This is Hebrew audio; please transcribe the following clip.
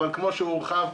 אבל כמו שהוא הורחב,